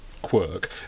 quirk